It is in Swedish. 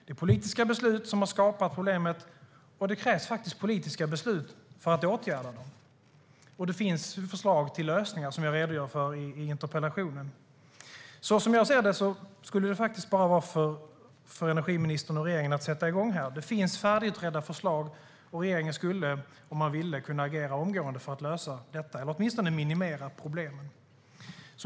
Det är politiska beslut som har skapat problemen, och det krävs politiska beslut för att åtgärda dem. Det finns förslag till lösningar, som jag redogör för i interpellationen. Som jag ser det är det bara för energiministern och regeringen att sätta igång. Det finns färdigutredda förslag, och regeringen skulle om den ville kunna agera omgående för att lösa problemen eller åtminstone minimera dem.